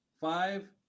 Five